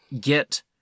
get